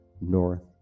north